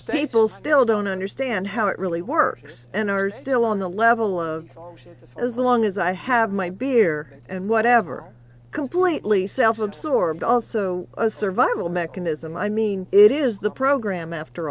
all still don't understand how it really works and are still on the level of as long as i have my beer and whatever completely self absorbed also a survival mechanism i mean it is the program after